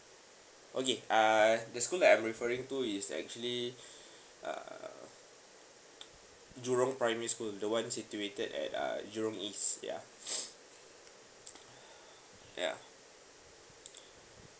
okay uh the school I'm referring to is actually err jurong primary school the one situated at uh jurong east ya ya